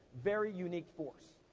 very unique force.